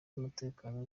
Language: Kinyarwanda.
umutekano